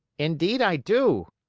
indeed i do.